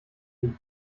nicht